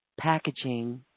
packaging